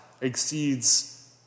exceeds